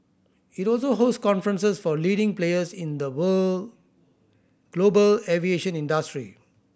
it also host conferences for leading players in the global aviation industry